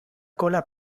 cola